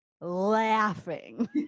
laughing